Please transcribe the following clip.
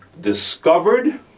discovered